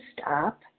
stop